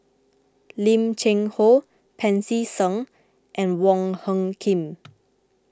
Lim Cheng Hoe Pancy Seng and Wong Hung Khim